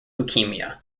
leukemia